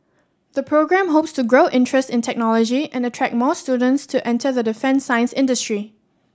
the programme hopes to grow interest in technology and attract more students to enter the defence science industry